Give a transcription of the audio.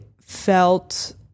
felt